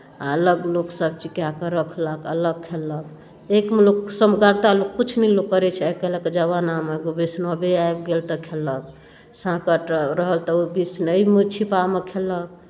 आ अलग लोक सभचीज कए कऽ रखलक अलग खेलक एकमे लोक समगाता लोक किछु नहि लोक करै छै आइ काल्हिक जमानामे कोइ वैष्णवे आबि गेल तऽ खेलक साँकट रहल तऽ ओ वैष्णव छीपामे खेलक